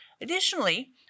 Additionally